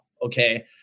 Okay